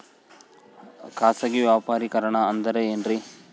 ಖಾಸಗಿ ವ್ಯಾಪಾರಿಕರಣ ಅಂದರೆ ಏನ್ರಿ?